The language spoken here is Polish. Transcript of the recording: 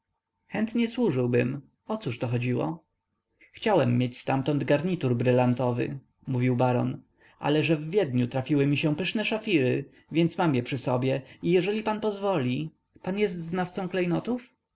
pana w paryżu chętnie służyłbym ocóżto chodziło chciałem mieć ztamtąd garnitur brylantowy mówił baron ale że w wiedniu trafiły mi się pyszne szafiry właśnie mam je przy sobie i jeżeli pan pozwoli pan jest znawcą